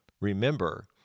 Remember